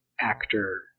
actor